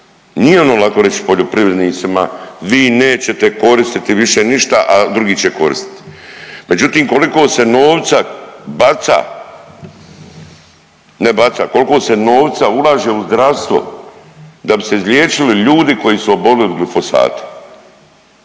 Nije ono lako reći poljoprivrednicima vi nećete koristiti više ništa, a drugi će koristiti. Međutim, koliko se novca baca, ne baca koliko se novca ulaže u zdravstvo da bi se izliječili ljudi koji su obolili od glifosata.